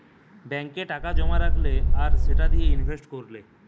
ব্যাংকে টাকা জোমা রাখলে আর সেটা দিয়ে ইনভেস্ট কোরলে